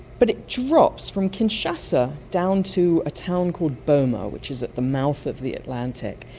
but it drops from kinshasa down to a town called boma which is at the mouth of the atlantic.